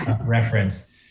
reference